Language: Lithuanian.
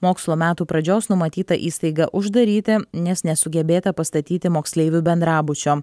mokslo metų pradžios numatyta įstaigą uždaryti nes nesugebėta pastatyti moksleivių bendrabučio